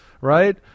Right